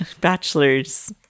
bachelor's